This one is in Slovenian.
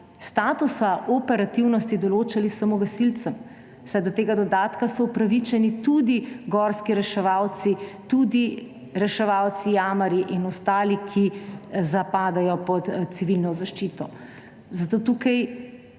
statusa operativnosti določali samo gasilcem, saj so do tega dodatka upravičeni tudi gorski reševalci, tudi reševalci jamarji in ostali, ki zapadejo pod civilno zaščito. Zato tukaj